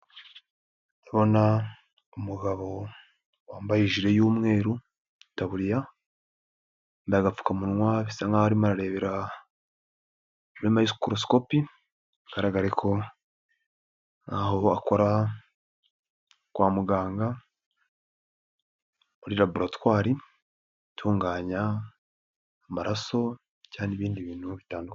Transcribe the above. Ndabona umugabo wambaye ijiri y'umweru, itaburiya n'agapfukamunwa, bisa nkaho arimo ararebera muri mikorosikopi, bigaragara ko nkaho akora kwa muganga muri laboratwari itunganya amaraso cyangwa ibindi bintu bitandukanye.